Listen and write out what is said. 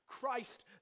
Christ